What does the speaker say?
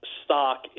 stock